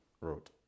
wrote